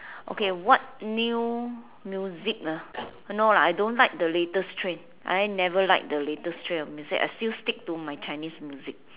okay what new music ah no lah I don't like the latest trend I never liked the latest trend of music I still stick to my Chinese music